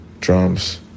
drums